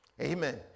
Amen